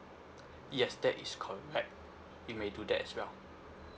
yes that is correct you may do that as well